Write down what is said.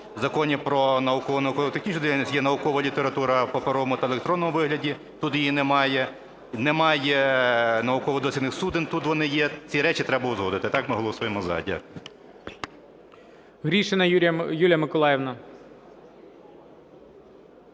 Законі "Про наукову і науково-технічну діяльність" є наукова література в паперовому та електронному вигляді, тут її немає. Немає науково-дослідних суден, тут вони є. Ці речі треба узгодити. А так ми голосуємо за. Дякую. ГОЛОВУЮЧИЙ. Гришина Юлія Миколаївна.